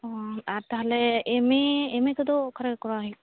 ᱚᱻ ᱟᱨ ᱛᱟᱦᱚᱞᱮ ᱮᱢ ᱮ ᱮᱢ ᱮ ᱠᱚᱫᱚ ᱚᱠᱟᱨᱮ ᱠᱚᱨᱟᱣ ᱦᱩᱭᱩᱜᱼᱟ